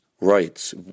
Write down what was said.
rights